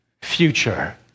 future